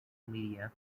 media